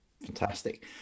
Fantastic